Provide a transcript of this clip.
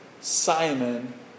Simon